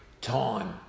time